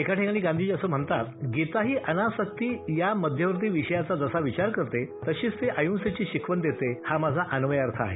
एके ठिकाणी गांधीजी असं म्हणतात गीता ही अनासक्ती या मध्यवर्ती विषयाचा जसा विचार करते तशीच ती अहिंसेची शिकवण देते हा माझा अन्वयार्थ आहे